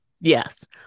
yes